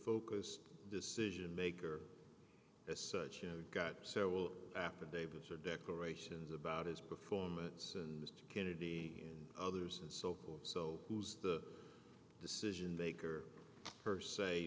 focus decision maker as such i got several affidavits or declarations about his performance and mr kennedy and others and so forth so who's the decision maker per se